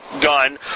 gun